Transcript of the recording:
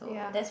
yeah